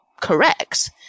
correct